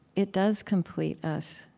it does complete us.